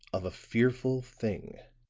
of a fearful thing.